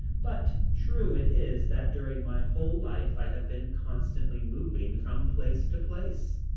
but true it is that during my whole life i have been constantly moving from place to place.